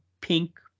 pink